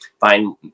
find